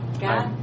God